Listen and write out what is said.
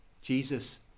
jesus